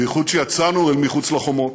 בייחוד כשיצאנו מחוץ לחומות,